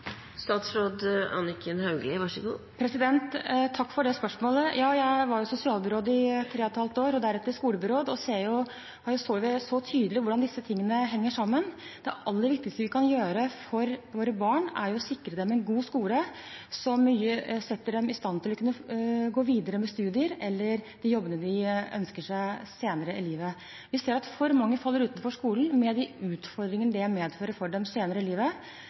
Takk for spørsmålet. Ja, jeg var sosialbyråd i tre og et halvt år og deretter skolebyråd, og jeg så tydelig hvordan disse tingene henger sammen. Det aller viktigste vi kan gjøre for våre barn, er å sikre dem en god skole som setter dem i stand til å gå videre med studier eller å få de jobbene de ønsker seg, senere i livet. Vi ser at for mange faller utenfor i skolen, med de utfordringene det medfører for dem senere i livet.